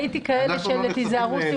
ראיתי כאלה של תיזהרו,